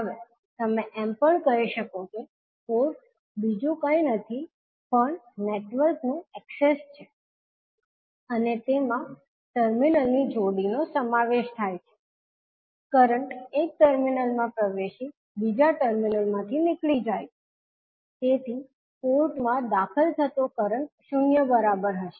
હવે તમે એમ પણ કહી શકો છો કે પોર્ટ બીજું કઈ નથી પણ નેટવર્ક નું એક્સેસ છે અને તેમાં ટર્મિનલની જોડીનો સમાવેશ થાય છે કરંટ એક ટર્મિનલ માં પ્રવેશી બીજા ટર્મિનલ માંથી નીકળી જાય છે તેથી પોર્ટ માં દાખલ થતો કરંટ શૂન્ય બરાબર હશે